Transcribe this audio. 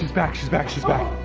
back. she's back, she's back.